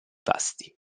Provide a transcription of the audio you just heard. fasti